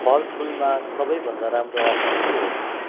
फलफुलमा सबै भन्दा राम्रो अफर के हो